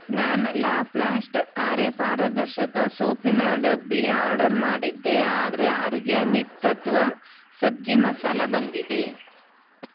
ನಾನು La Plast ಅರೆಪಾರದರ್ಶಕ ಸೋಪಿನ ಡಬ್ಬಿ ಆರ್ಡರ್ ಮಾಡಿದ್ದೆ ಆದರೆ ಆರ್ಗ್ಯಾನಿಕ್ ತತ್ತ್ವ ಸಬ್ಜಿ ಮಸಾಲ ಬಂದಿದೆ